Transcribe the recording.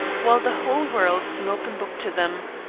while the whole world is an open book to them.